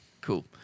Cool